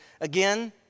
Again